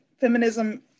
feminism